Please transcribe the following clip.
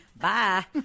Bye